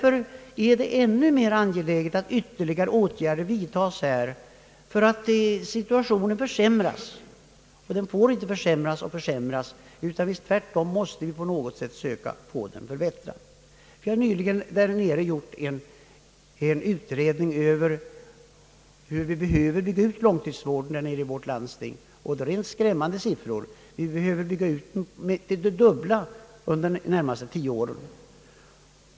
Det är därför ännu mer angeläget att ytterligare åtgärder vidtas, ty situationen försämras. Den får inte försämras, vi måste tvärtom på något sätt söka få den förbättrad. Vi har nyligen i mitt landsting gjort en utredning över behovet av långtidsvård i landstinget, och vi har där kommit fram till rent skrämmande siffror. Vi behöver bygga ut vården till det dubbla under de närmaste tio åren.